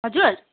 हजुर